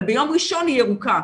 אבל ביום ראשון היא ירוקה,